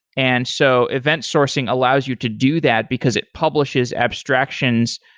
and so event sourcing allows you to do that, because it publishes abstractions.